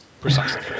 Precisely